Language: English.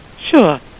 Sure